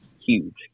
huge